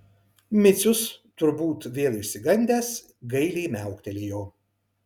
micius turbūt vėl išsigandęs gailiai miauktelėjo